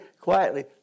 quietly